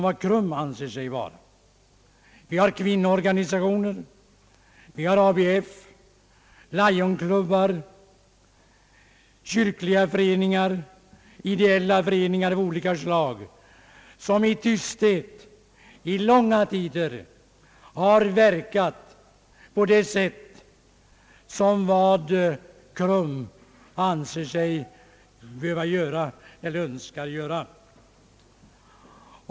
Vi har kvinnoorganisationer, vi har ABF, Lionklubbar, kyrkliga föreningar och ideella föreningar av olika slag, som i tysthet i långa tider verkat på det sätt som KRUM anser sig behöva göra eller önskar göra.